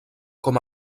com